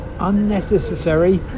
unnecessary